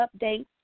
updates